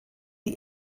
die